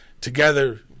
together